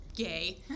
Gay